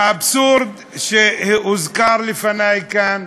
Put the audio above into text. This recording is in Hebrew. האבסורד שהוזכר לפני כאן,